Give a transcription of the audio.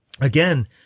again